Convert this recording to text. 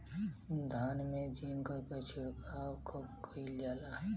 धान में जिंक क छिड़काव कब कइल जाला?